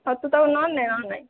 ହଁ ତୁ ତାକୁ ନନେ ନନେ